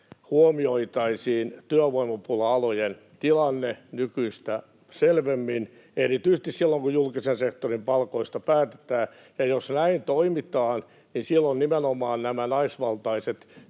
huomioitaisiin työvoimapula-alojen tilanne nykyistä selvemmin, erityisesti silloin, kun julkisen sektorin palkoista päätetään, ja jos näin toimitaan, niin silloin nimenomaan nämä naisvaltaiset